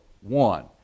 one